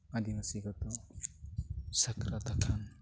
ᱟᱫᱤᱵᱟᱥᱤ ᱠᱚᱫᱚ ᱥᱟᱠᱨᱟᱛ ᱟᱠᱟᱱ